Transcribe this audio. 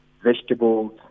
vegetables